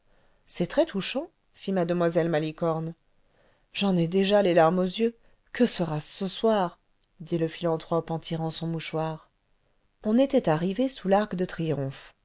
c'est très touchant fit we malicorne j'en ai déjà les larmes aux yeux que sera-ce ce soir dit le philanthrope en tirant son mouchoir on était arrivé sous l'arc de triomphe